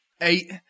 eight